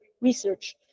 research